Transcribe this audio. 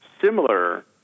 similar